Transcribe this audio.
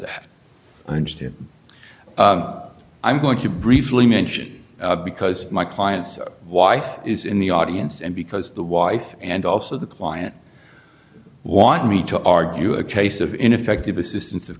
that i understand i'm going to briefly mention because my clients wife is in the audience and because the wife and also the client want me to argue a case of ineffective assistance of